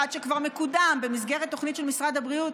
אחד שכבר מקודם במסגרת תוכנית של משרד הבריאות.